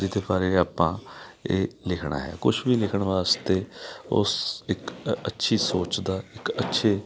ਜਿਹਦੇ ਬਾਰੇ ਆਪਾਂ ਇਹ ਲਿਖਣਾ ਹੈ ਕੁਛ ਵੀ ਲਿਖਣ ਵਾਸਤੇ ਉਸ ਇੱਕ ਅ ਅੱਛੀ ਸੋਚ ਦਾ ਇੱਕ ਅੱਛੇ